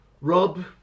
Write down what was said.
Rob